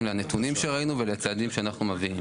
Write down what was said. לנתונים שראינו ולצעדים שאנחנו מביאים.